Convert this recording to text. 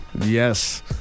Yes